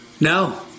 No